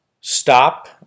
stop